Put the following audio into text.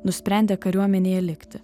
nusprendė kariuomenėje likti